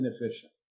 inefficient